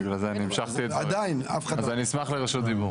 אז אני אשמח לרשות דיבור.